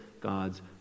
God's